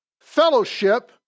fellowship